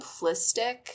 simplistic